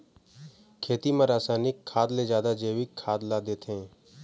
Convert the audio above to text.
खेती म रसायनिक खाद ले जादा जैविक खाद ला देथे